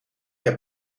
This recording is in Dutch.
heb